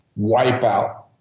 wipeout